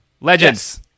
Legends